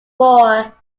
more